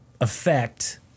affect